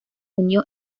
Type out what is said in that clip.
unió